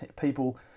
people